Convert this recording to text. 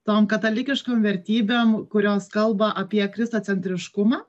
tom katalikiškom vertybėm kurios kalba apie kristacentriškumą